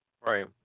Right